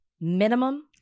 minimum